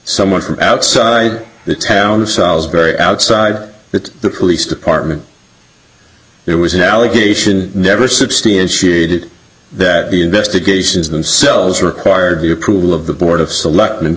someone from outside the town of solsbury outside the police department it was an allegation never substantiated that the investigations themselves required the approval of the board of select